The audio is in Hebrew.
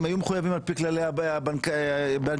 הם היו מחויבים לפי כללי בנק ישראל.